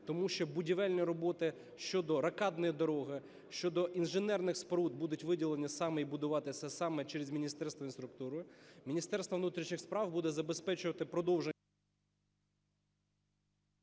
Тому що будівельні роботи щодо рокадної дороги, щодо інженерних споруд будуть виділені саме і будуватися саме через Міністерство інфраструктури. Міністерство внутрішніх справ буде забезпечувати… ГОЛОВУЮЧИЙ.